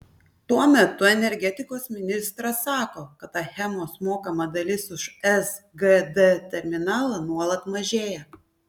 tuo metu energetikos ministras sako kad achemos mokama dalis už sgd terminalą nuolat mažėja